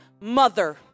mother